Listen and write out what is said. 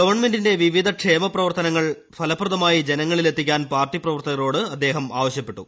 ഗവൺമെന്റിന്റെ വിവിധ വികസന ക്ഷേമ പ്രവർത്തനങ്ങൾ ഫലപ്രദമായി ജനങ്ങളിലെത്തിക്കാൻ പാർട്ടി പ്രവർത്തകരോട് അദ്ദേഹം ആവശ്യപ്പെട്ടു